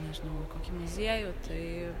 nežinau į kokį muziejų tai